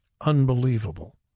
unbelievable